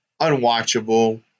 unwatchable